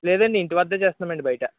లేదండి ఇంటి వద్దే చేస్తామండి బయట